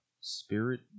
spirit